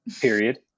period